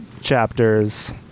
chapters